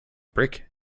brick